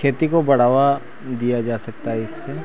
खेती को बढ़ावा दिया जा सकता है इससे